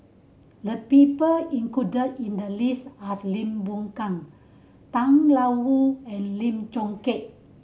the people included in the list are Lim Boon Keng Tang Wu and Lim Chong Keat